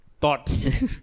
Thoughts